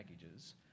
packages